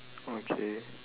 okay